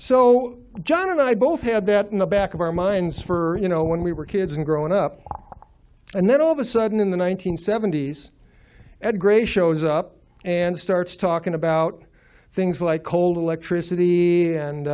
so john and i both had that in the back of our minds for you know when we were kids and growing up and then all of a sudden in the one nine hundred seventy s ed gray shows up and starts talking about things like old electricity